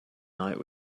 night